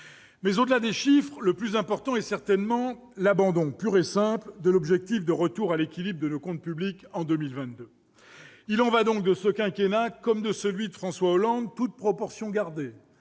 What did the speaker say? ? Au-delà des chiffres, le plus important est certainement l'abandon pur et simple de l'objectif de retour à l'équilibre de nos comptes publics en 2022. Il en va donc de ce quinquennat comme de celui de François Hollande, toutes proportions gardées